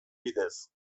bidez